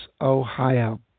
Ohio